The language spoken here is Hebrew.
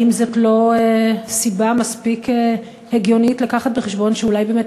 האם זאת לא סיבה מספיק הגיונית לקחת בחשבון שאולי באמת